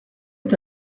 est